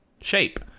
shape